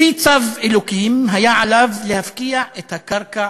לפי צו ה', היה עליו להפקיע את הקרקע